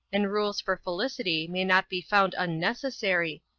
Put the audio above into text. and rules for felicity may not be found unnecessary,